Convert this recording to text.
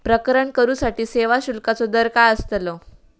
प्रकरण करूसाठी सेवा शुल्काचो दर काय अस्तलो?